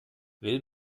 will